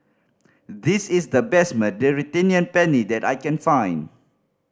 this is the best Mediterranean Penne that I can find